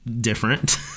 different